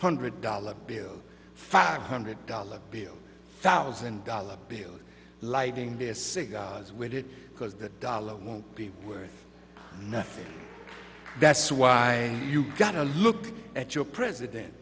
hundred dollar bills five hundred dollar bill thousand dollar bill lighting be a cigars with it because that dollar won't be worth nothing that's why you got to look at your president